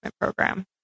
program